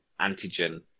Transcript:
antigen